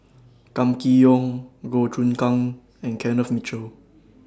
Kam Kee Yong Goh Choon Kang and Kenneth Mitchell